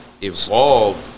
evolved